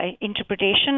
interpretation